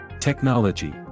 Technology